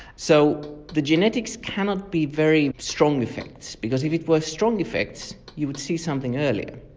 so the genetics cannot be very strong effects because if it was strong effects you would see something earlier.